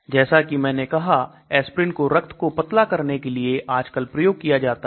जैसा कि मैंने कहा Aspirin को रक्त को पतला करने के लिए आजकल प्रयोग किया जाता है